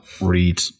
read